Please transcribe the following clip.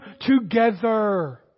together